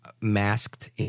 masked